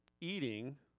eating